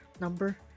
number